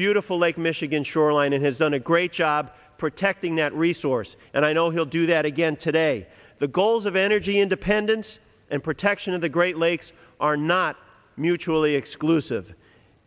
beautiful lake michigan shoreline and has done a great job protecting that resource and i know he'll do that again today the goals of energy independence and protection of the great lakes are not mutually exclusive